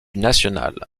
national